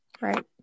Right